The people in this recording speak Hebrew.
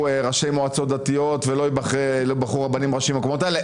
ראשי מועצות דתיות ולא ייבחרו רבנים ראשיים למקומות האלה,